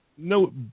no